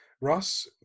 Ross